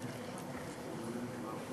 ההצעה